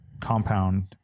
compound